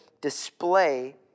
display